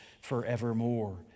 forevermore